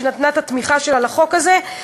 שנתנה את התמיכה שלה לחוק הזה,